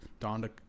donda